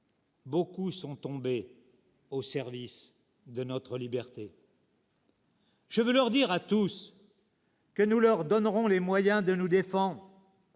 Beaucoup sont tombés au service de notre liberté. « Je veux leur dire à tous que nous leur donnerons les moyens de nous défendre.